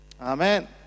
Amen